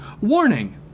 warning